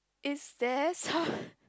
is there some